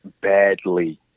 Badly